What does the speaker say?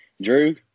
Drew